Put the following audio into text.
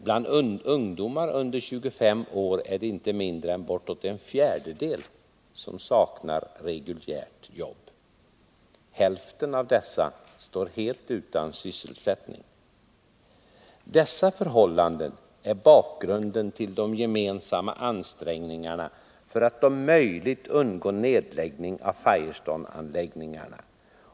Bland ungdomar under 25 år är det inte mindre än bortåt en fjärdedel som saknar reguljärt jobb. Hälften av dessa står helt utan sysselsättning. Dessa förhållanden är bakgrunden till de gemensamma ansträngningarna för att om möjligt undgå nedläggning av Firestoneanläggningarna.